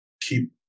keep